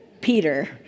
Peter